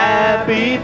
Happy